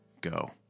go